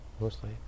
mostly